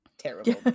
terrible